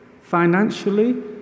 financially